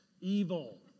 evil